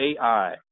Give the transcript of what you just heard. AI